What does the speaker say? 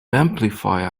amplifier